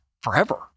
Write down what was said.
forever